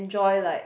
ya